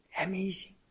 Amazing